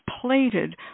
plated